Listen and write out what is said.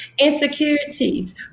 insecurities